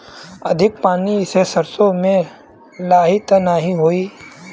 अधिक पानी से सरसो मे लाही त नाही होई?